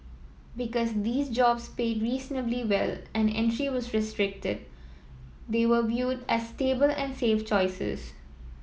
because these jobs paid reasonably well and entry was restricted they were viewed as stable and safe choices